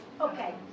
Okay